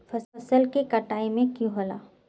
फसल के कटाई में की होला?